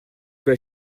peux